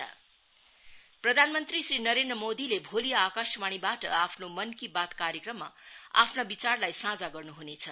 मन की बात प्रधानमंत्री श्री नरेन्द्र मोदीले भोलि आकाशवाणीबाट आफ्नो मनकी बत कार्यक्रममा आफ्ना विचारहरूलाई साझा गर्नु हनेछ